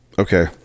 Okay